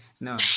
no